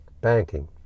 banking